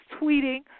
tweeting